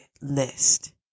list